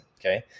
Okay